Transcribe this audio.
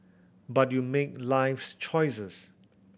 but you make life's choices